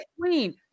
queen